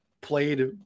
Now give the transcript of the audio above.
played